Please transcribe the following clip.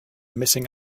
missing